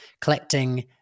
collecting